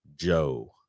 joe